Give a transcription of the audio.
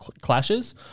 clashes